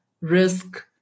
risk